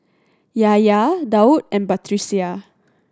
Yahya Daud and Batrisya